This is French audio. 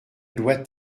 doit